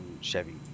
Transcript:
Chevy